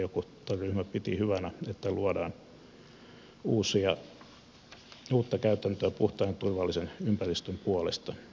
perussuomalaisten valiokuntaryhmä piti hyvänä että luodaan uutta käytäntöä puhtaan ja turvallisen ympäristön puolesta